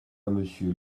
monsieur